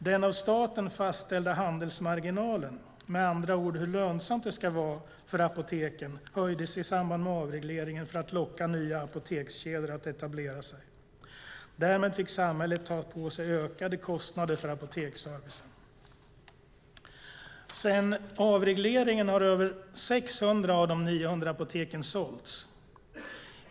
Den av staten fastställda handelsmarginalen, med andra ord hur lönsamt det ska vara, för apoteken höjdes i samband med avregleringen för att locka nya apotekskedjor att etablera sig. Därmed fick samhället ta på sig ökade kostnader för apoteksservicen. Sedan avregleringen har över 600 av de ca 900 apoteken sålts.